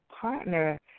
partner